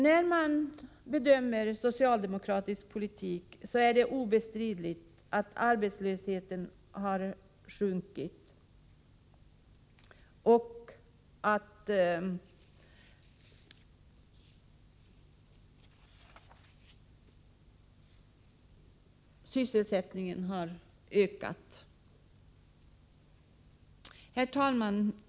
När man bedömer socialdemokratisk politik är det obestridligt att arbetslösheten har sjunkit och att sysselsättningen har ökat. Herr talman!